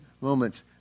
Moments